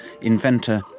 inventor